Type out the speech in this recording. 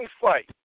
fight